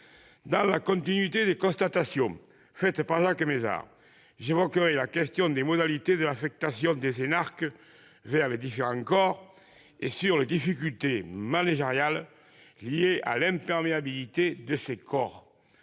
Dans la continuité des constatations faites par Jacques Mézard, j'évoquerai la question des modalités d'affectation des énarques dans les différents corps, puis les difficultés managériales liées à l'imperméabilité de ces corps.